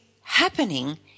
happening